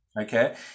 Okay